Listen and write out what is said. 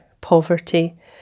poverty